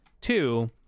two